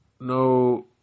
no